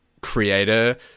creator